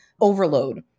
overload